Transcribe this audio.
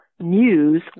news